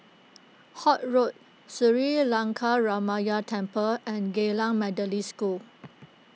Holt Road Sri Lankaramaya Temple and Geylang Methodist School